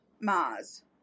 Mars